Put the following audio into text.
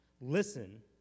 Listen